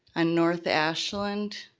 on north ashland,